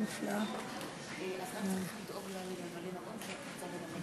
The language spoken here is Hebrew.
אני מבקש במעמד הזה לצאת מן הארון ולהתוודות שאני בעד מע"מ